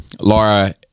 Laura